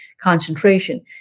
concentration